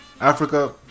Africa